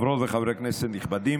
חברות וחברי כנסת נכבדים,